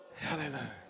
Hallelujah